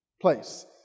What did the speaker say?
place